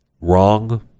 wrong